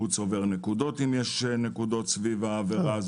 הוא צובר נקודות אם יש סביב העבירה,